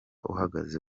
uhagaze